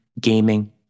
gaming